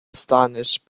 astonishing